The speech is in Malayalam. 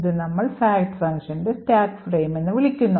ഇത് നമ്മൾ fact ഫംഗ്ഷന്റെ സ്റ്റാക്ക് ഫ്രെയിം എന്ന് വിളിക്കുന്നു